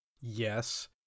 Yes